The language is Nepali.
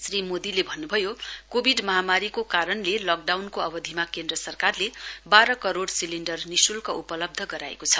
श्री मोदीले भन्न्भयो कोविड महामारीको कारणले लकडाउनको अवधिमा केन्द्र सरकारले बाह्र करोइ सिलिण्डर निश्ल्कः उपलब्ध गराएको छ